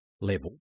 level